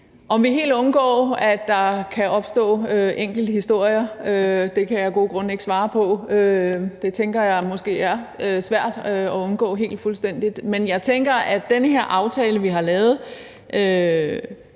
Om vi helt undgår, at der kan opstå enkelte historier, kan jeg af gode grunde ikke svare på; jeg tænker, at det måske er svært at undgå fuldstændigt. Men jeg mener, at den her aftale, vi har lavet,